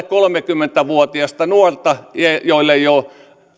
kolmekymmentä vuotiasta nuorta joilla ei ole